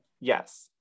Yes